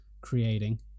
creating